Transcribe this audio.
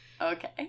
Okay